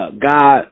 God